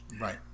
Right